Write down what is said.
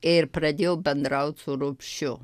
ir pradėjo bendraut su rupšiu